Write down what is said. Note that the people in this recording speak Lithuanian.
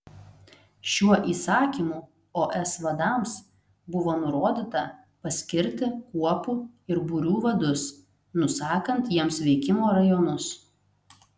šiuo įsakymu os vadams buvo nurodyta paskirti kuopų ir būrių vadus nusakant jiems veikimo rajonus